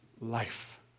life